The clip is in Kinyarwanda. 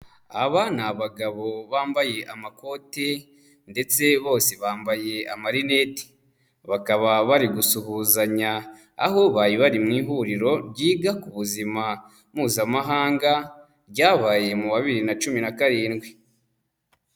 Aba ni abagabo bambaye amakote ndetse bose bambaye amarinete, bakaba bari gusuhuzanya aho bari bari mu ihuriro ryiga ku buzima mpuzamahanga ryabaye mu wa bibiri na cumi na karindwi.